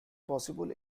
possible